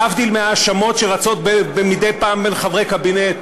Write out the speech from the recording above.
להבדיל מההאשמות שרצות מדי פעם בין חברי הקבינט,